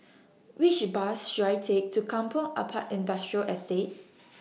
Which Bus should I Take to Kampong Ampat Industrial Estate